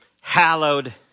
hallowed